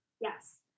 Yes